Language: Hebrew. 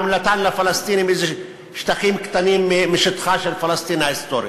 והוא נתן לפלסטינים שטחים קטנים משטחה של פלסטין ההיסטורית.